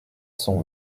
son